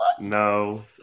no